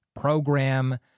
program